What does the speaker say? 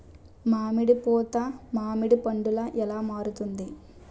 మామిడి పూత మామిడి పందుల ఎలా మారుతుంది?